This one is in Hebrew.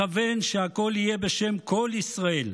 מכוון, שהכול יהיה בשם כל ישראל,